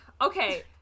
okay